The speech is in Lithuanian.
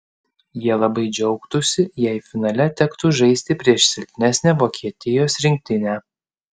jie labai džiaugtųsi jei finale tektų žaisti prieš silpnesnę vokietijos rinktinę